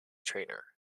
trainer